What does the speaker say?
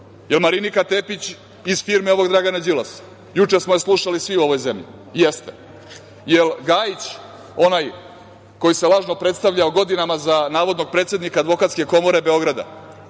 Jel Marinika Tepić, iz firme ovog Dragana Đilasa, juče smo je slušali svi u ovoj zemlji? Jeste. Jel Gajić, onaj koji se lažno predstavljao godinama za navodnog predsednika Advokatske komore Beograda,